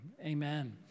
amen